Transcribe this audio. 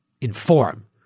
inform